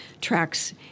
tracks